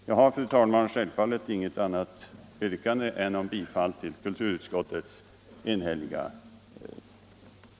Jag har, fru talman, självfallet inget annat yrkande än om bifall till kulturutskottets enhälliga hemställan.